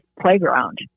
playground